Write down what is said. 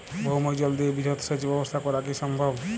ভৌমজল দিয়ে বৃহৎ সেচ ব্যবস্থা করা কি সম্ভব?